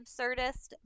absurdist